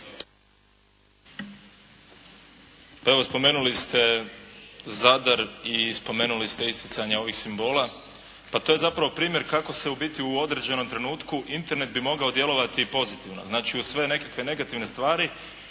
Evo, spomenuli ste Zadar i spomenuli ste isticanje ovih simbola. Pa to je zapravo primjer kako se u biti u određenom trenutku Internet bi mogao djelovati pozitivno, dakle uz sve nekakve negativne stvari